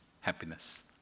happiness